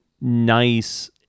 nice